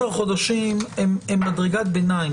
אבל 12 חודשים הם מדרגת ביניים.